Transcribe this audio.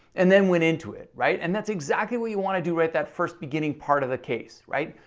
and then went into it right? and that's exactly what you wanna do, right, that first beginning part of the case, right?